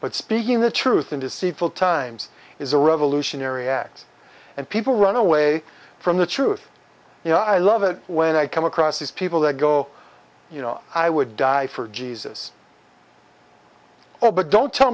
but speaking the truth in deceitful times is a revolutionary act and people run away from the truth you know i love it when i come across these people that go you know i would die for jesus oh but don't tell